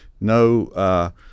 no